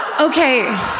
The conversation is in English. Okay